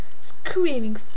screaming